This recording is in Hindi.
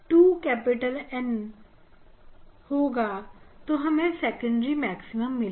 N स्लिट के डिफ्रेक्शन ग्रीटिंग के लिए हमें यह प्रिंसिपल मैक्सिमम मिला और इसके अंतर्गत हमें मिनिमम और सेकेंड्री मैक्सिमा मिला